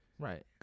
Right